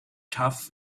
tuff